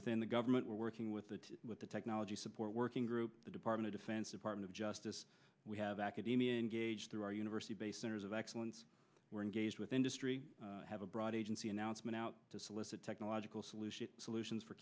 within the government we're working with that with the technology support working group the department of defense department of justice we have academia engaged through our university based centers of excellence we're engaged with industry have a broad agency announcement out to solicit technological solutions solutions for